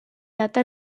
data